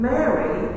Mary